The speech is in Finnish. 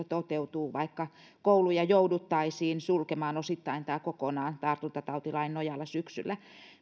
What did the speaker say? toteutuu vaikka kouluja jouduttaisiin sulkemaan osittain tai kokonaan tartuntatautilain nojalla syksyllä